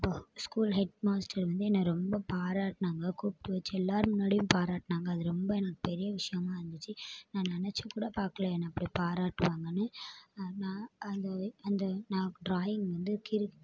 இப்போது school headmaster வந்து என்னை ரொம்ப பாராட்டினாங்க கூப்பிட்டு வெச்சு எல்லார் முன்னாடியும் பாராட்டினாங்க அது ரொம்ப எனக்கு பெரிய விஷயமா இருந்துச்சு நான் நினச்சிக்கூட பாக்கல என்னை அப்படி பாராட்டுவாங்கன்னு நான் அது ஒரு அந்த நான் டிராயிங் வந்து கிறுக்